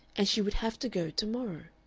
and she would have to go to-morrow.